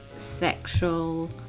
sexual